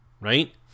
right